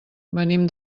venim